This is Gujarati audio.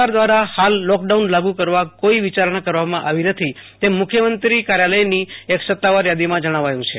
સરકાર દવારા હાલ લોકડાઉન લાગુ કરવા કોઈ વિચારણા કરવામા આવી નથી તમ મુખ્યમંત્રો કાર્યાલયની એક સતાવાર યાદીમાં જણાવાયું છે